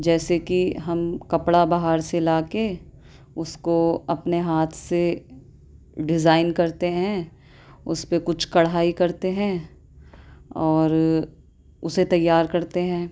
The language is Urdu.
جیسے کہ ہم کپڑا باہر سے لا کے اس کو اپنے ہاتھ سے ڈیزائن کرتے ہیں اس پہ کچھ کڑھائی کرتے ہیں اور اسے تیار کرتے ہیں